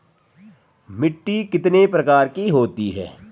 मिट्टी कितने प्रकार की होती है?